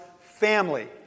family